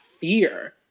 fear